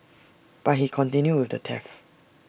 but he continued with the theft